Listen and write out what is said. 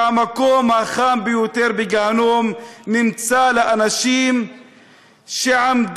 שהמקום החם ביותר בגיהינום נמצא לאנשים שעמדו